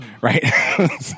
Right